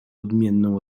odmienną